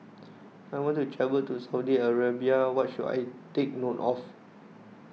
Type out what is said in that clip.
I want to travel to Saudi Arabia what should I take note of